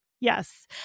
Yes